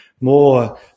more